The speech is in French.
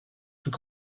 tout